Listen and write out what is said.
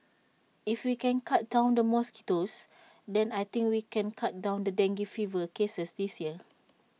if we can cut down the mosquitoes then I think we can cut down the dengue fever cases this year